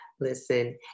Listen